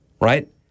right